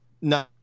No